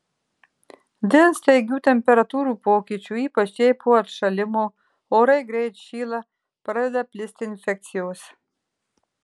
dėl staigių temperatūrų pokyčių ypač jei po atšalimo orai greit šyla pradeda plisti infekcijos